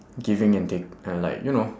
giving and take kind of like you know